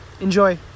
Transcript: Enjoy